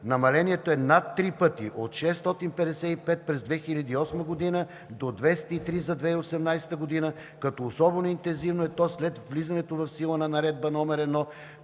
Намалението е над три пъти – от 655 през 2008 г., до 203 за 2018 г., като особено интензивно е то след влизането в сила на Наредба № 1,